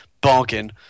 bargain